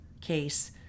case